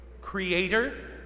Creator